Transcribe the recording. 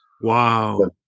Wow